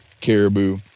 caribou